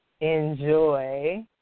enjoy